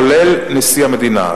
כולל נשיא המדינה,